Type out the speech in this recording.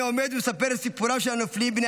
זה חודשים שאני עומד ומספר את סיפורם של הנופלים בני